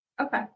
Okay